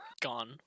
gone